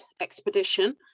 expedition